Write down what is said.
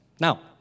Now